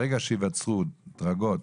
ברגע שייווצרו דרגות